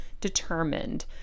determined